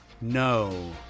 No